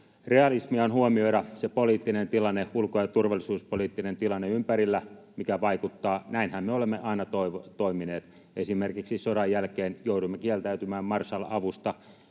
Realismia on huomioida se ulko‑ ja turvallisuuspoliittinen tilanne ympärillä, mikä vaikuttaa. Näinhän me olemme aina toimineet. Esimerkiksi sodan jälkeen jouduimme kieltäytymään Marshall-avusta,